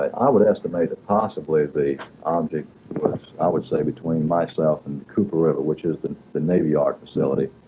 i would estimate that possibly the object was i would say between myself and cooper river which is the the navy yard facility